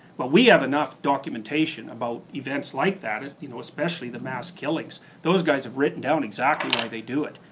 but we have enough documentation about events like that, you know especially the mass killings. those guys have written down exactly why they do it.